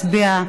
הצביעה